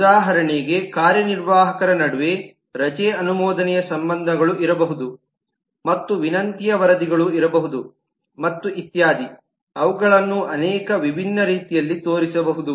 ಉದಾಹರಣೆಗೆ ಕಾರ್ಯನಿರ್ವಾಹಕರ ನಡುವೆ ರಜೆ ಅನುಮೋದನೆಯ ಸಂಬಂಧಗಳು ಇರಬಹುದು ಮತ್ತು ವಿನಂತಿಯ ವರದಿಗಳು ಇರಬಹುದು ಮತ್ತು ಇತ್ಯಾದಿ ಅವುಗಳನ್ನು ಅನೇಕ ವಿಭಿನ್ನ ರೀತಿಯಲ್ಲಿ ತೋರಿಸಬಹುದು